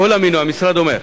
המשרד אומר,